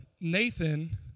Nathan